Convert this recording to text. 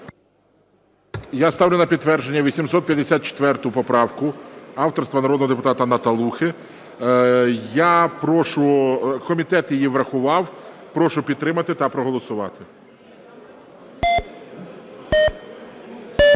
Я ставлю на підтвердження 854 поправку авторства народного депутата Наталухи. Я прошу... Комітет її врахував. Прошу підтримати та проголосувати.